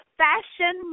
fashion